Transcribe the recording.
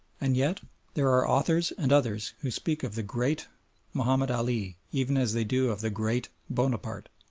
and yet there are authors and others who speak of the great mahomed ali even as they do of the great bonaparte.